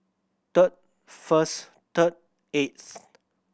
third first third eighth